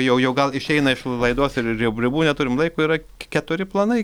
jau jau gal išeina iš lai laidos ri ribų neturim laiko yra ke keturi planai